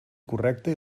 correcte